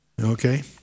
Okay